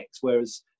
whereas